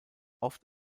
oft